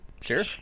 Sure